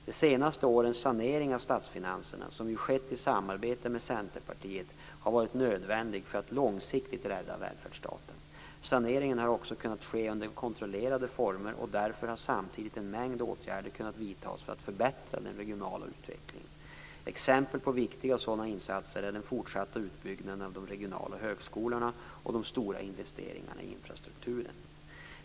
De senaste årens sanering av statsfinanserna, som ju skett i samarbete med Centerpartiet, har varit nödvändig för att långsiktigt rädda välfärdsstaten. Saneringen har också kunnat ske under kontrollerade former och därför har samtidigt en mängd åtgärder kunnat vidtas för att förbättra den regionala utvecklingen. Exempel på viktiga sådana insatser är den fortsatta utbyggnaden av de regionala högskolorna och de stora investeringarna i infrastrukturen.